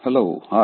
hello hi